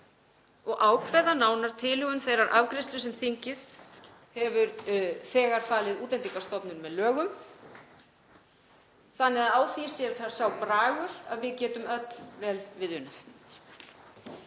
og ákveða nánar tilhögun þeirrar afgreiðslu sem þingið hefur þegar falið Útlendingastofnun með lögum þannig að á því sé sá bragur að við getum öll vel við unað.